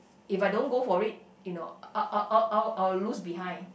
if I don't go for it you know I I I I I will lose behind